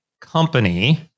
company